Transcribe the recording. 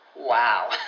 Wow